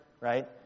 right